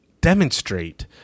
demonstrate